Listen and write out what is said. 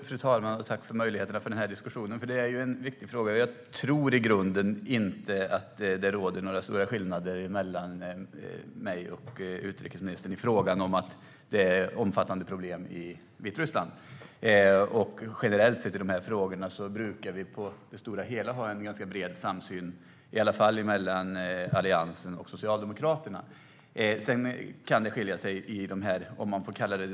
Fru talman! Tack för möjligheterna till den här diskussionen! Det är en viktig fråga. Jag tror i grunden inte att det råder några stora skillnader mellan mig och utrikesministern i fråga om att det är omfattande problem i Vitryssland. I de här frågorna brukar vi i det stora hela ha en ganska bred samsyn, i all fall mellan Alliansen och Socialdemokraterna. Sedan kan det skilja sig i detaljfrågorna, om man får kalla dem så.